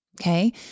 okay